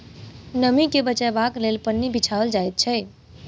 नमीं के बचयबाक लेल पन्नी बिछाओल जाइत छै